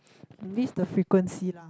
list the frequency lah